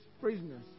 prisoners